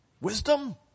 wisdom